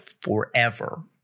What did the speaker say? forever